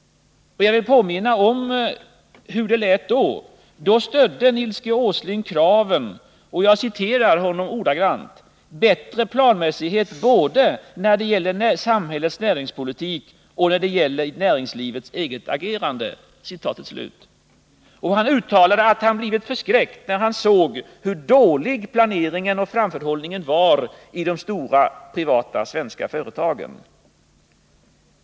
Jag vill påminna om hur det lät då. Då stödde Nils G. Åsling kravet på ”bättre planmässighet både när det gäller samhällets näringspolitik och när det gäller näringslivets eget agerande”. Han uttalade att han blev förskräckt när han såg hur dålig planeringen och framförhållningen var i de stora privata svenska företagen.